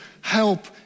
help